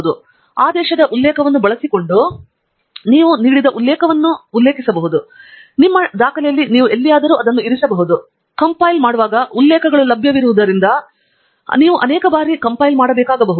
ಮತ್ತು ಆದೇಶದ ಉಲ್ಲೇಖವನ್ನು ಬಳಸಿಕೊಂಡು ನೀವು ನೀಡಿದ ಉಲ್ಲೇಖವನ್ನು ಉಲ್ಲೇಖಿಸಬಹುದು ಮತ್ತು ನಿಮ್ಮ ಡಾಕ್ಯುಮೆಂಟ್ನಲ್ಲಿ ನೀವು ಎಲ್ಲಿಯಾದರೂ ಅದನ್ನು ಇರಿಸಬಹುದು ಕಂಪೈಲ್ ಮಾಡುವಾಗ ಉಲ್ಲೇಖಗಳು ಲಭ್ಯವಿರುವುದರಿಂದ ನೀವು ಅನೇಕ ಬಾರಿ ಕಂಪೈಲ್ ಮಾಡಬೇಕಾಗಬಹುದು